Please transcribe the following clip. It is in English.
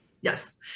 Yes